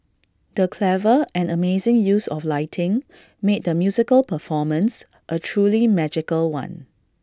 the clever and amazing use of lighting made the musical performance A truly magical one